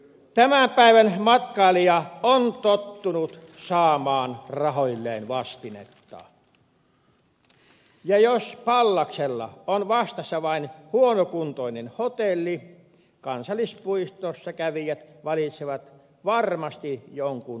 tämän päivän matkailija on tottunut saamaan rahoilleen vastinetta ja jos pallaksella on vastassa vain huonokuntoinen hotelli kansallispuistossa kävijät valitsevat varmasti jonkun muun kohteen